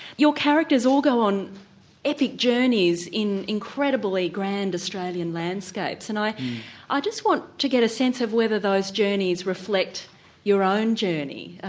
your characters all go on epic journeys in incredibly grand australian landscapes and i i just want to get a sense of whether those journeys reflect your own journey?